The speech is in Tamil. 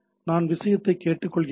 நான் விஷயத்தை கேட்டுக்கொள்கிறேன்